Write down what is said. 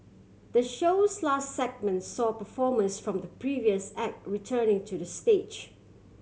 the show's last segment saw performers from the previous act returning to the stage